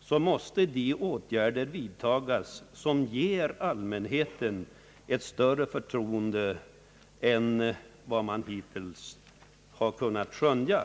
så måste åtgärder vidtagas som ger allmänheten ett större förtroende än vad man hittills har kunnat skönja.